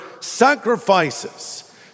sacrifices